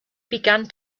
began